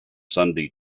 sunday